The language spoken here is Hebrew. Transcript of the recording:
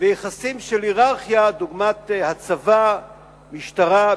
ויחסים של הייררכיה, דוגמת הצבא, משטרה,